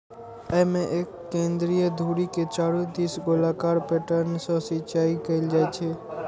अय मे एक केंद्रीय धुरी के चारू दिस गोलाकार पैटर्न सं सिंचाइ कैल जाइ छै